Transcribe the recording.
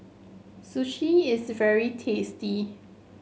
sushi is very tasty